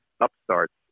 upstarts